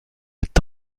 est